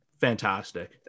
fantastic